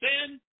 sin